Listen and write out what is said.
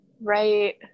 Right